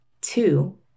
Two